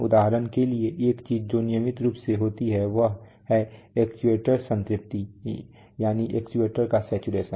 उदाहरण के लिए एक चीज जो नियमित रूप से होती है वह है एक्चुएटर सैचुरेशन